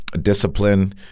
discipline